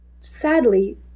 Sadly